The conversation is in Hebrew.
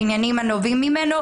בעניינים הנובעים ממנו,